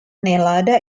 nalanda